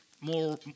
more